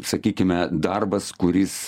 sakykime darbas kuris